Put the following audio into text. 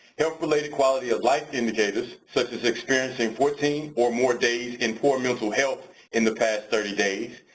health related quality of life indicators such as experiencing fourteen or more days in poor mental health in the past thirty days,